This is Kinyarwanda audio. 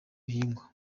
bihingwa